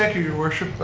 your worship